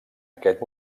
aquest